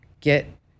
get